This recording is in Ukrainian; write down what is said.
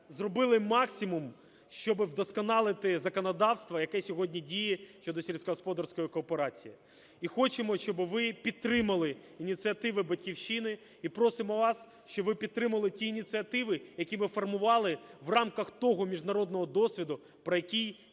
зробили максимум, щоб вдосконалити законодавство, яке сьогодні діє щодо сільськогосподарської кооперації. І хочемо, щоб ви підтримали ініціативи "Батьківщини", і просимо вас, щоб ви підтримали ті ініціативи, які б формували в рамках того міжнародного досвіду, про який я вам